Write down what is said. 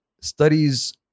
studies